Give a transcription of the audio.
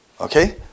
Okay